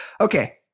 Okay